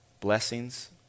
blessings